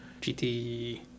GT